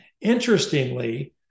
Interestingly